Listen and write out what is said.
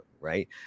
Right